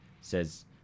says